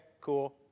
cool